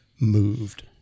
moved